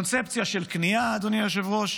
קונספציה של כניעה, אדוני היושב-ראש,